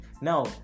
now